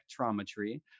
spectrometry